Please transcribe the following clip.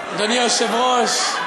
היושב-ראש,